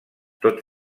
tot